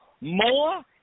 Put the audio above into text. more